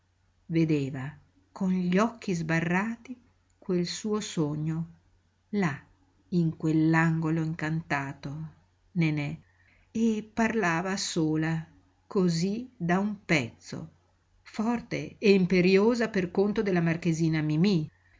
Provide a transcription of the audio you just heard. vedeva con gli occhi sbarrati quel suo sogno là in quell'angolo incantato nenè e parlava sola cosí da un pezzo forte e imperiosa per conto della marchesina mimí